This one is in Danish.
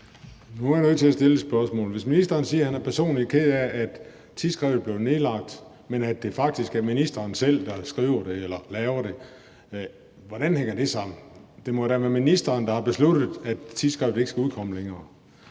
Nu er jeg nødt til at stille et spørgsmål. Hvis ministeren siger, at han personligt er ked af, af tidsskriftet blev nedlagt, men at det faktisk er ministeren selv, der skriver det eller laver det, hvordan hænger det så sammen? Det må da være ministeren, der har besluttet, at tidsskriftet ikke skulle udkomme længere.